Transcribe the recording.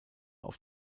auf